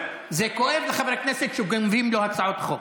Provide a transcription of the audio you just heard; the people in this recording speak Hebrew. זה כואב לחבר כנסת שגונבים לו הצעות חוק.